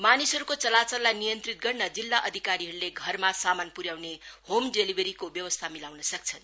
मानिसहरूको चलाचललाई नियन्त्रित गर्न जिल्ला अधिकारीहरूले घरमा सामान पुर्याउने होम डेलिभरीको व्यवस्था मिलाउन सकछन्